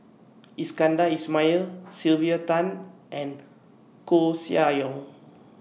Iskandar Ismail Sylvia Tan and Koeh Sia Yong